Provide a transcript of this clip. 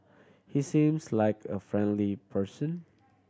he seems like a friendly person